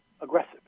aggressive